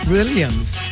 Williams